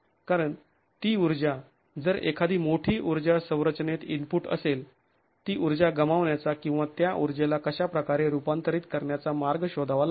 कारण ती ऊर्जा जर एखादी मोठी ऊर्जा संरचनेत इनपुट असेल ती ऊर्जा गमावण्याचा किंवा त्या ऊर्जेला कशाप्रकारे रूपांतरित करण्याचा मार्ग शोधावा लागेल